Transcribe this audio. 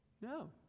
No